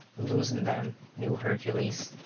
loosen them, new hercules,